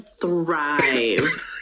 thrive